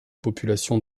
population